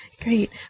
Great